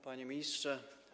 Panie Ministrze!